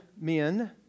men